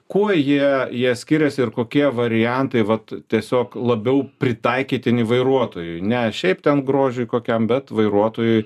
kuo jie jie skiriasi ir kokie variantai vat tiesiog labiau pritaikytini vairuotojui ne šiaip ten grožiui kokiam bet vairuotojui